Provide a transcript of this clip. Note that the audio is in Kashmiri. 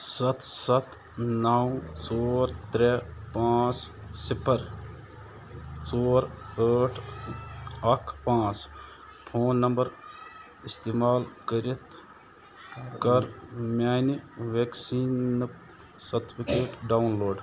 سَتھ سَتھ نَو ژور ترٛےٚ پانٛژھ صِفَر ژور ٲٹھ اَکھ پانٛژھ فون نمبر اِستعمال کٔرِتھ کَر میٛانہِ وٮ۪کسیٖن سرٹِفکیٹ ڈاوُن لوڈ